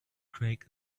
craig